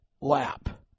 lap